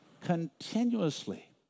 Continuously